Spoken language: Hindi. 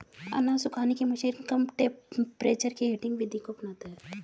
अनाज सुखाने की मशीन कम टेंपरेचर की हीटिंग विधि को अपनाता है